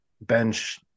bench